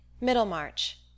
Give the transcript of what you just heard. Middlemarch